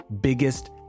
biggest